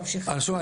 שוב,